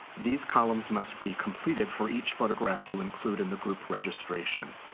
these columns must be completed for each photograph you include in the group registration.